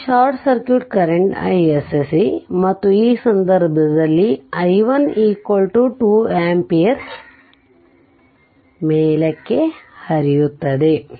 ಆದ್ದರಿಂದ ಇದು short circuit current iSC ಮತ್ತು ಈ ಸಂದರ್ಭದಲ್ಲಿ i1 2 ampere ಮೇಲಕ್ಕೆ ಹರಿಯುತ್ತದೆ